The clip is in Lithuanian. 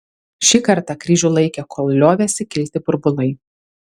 šį kartą kryžių laikė kol liovėsi kilti burbulai